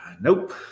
Nope